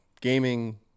gaming